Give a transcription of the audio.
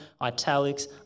italics